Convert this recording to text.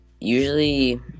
usually